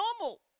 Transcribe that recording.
normal